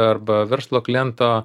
arba verslo kliento